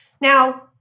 Now